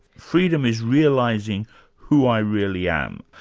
freedom is realising who i really am.